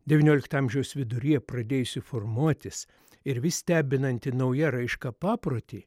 devyniolikto amžiaus viduryje pradėjusį formuotis ir vis stebinantį nauja raiška paprotį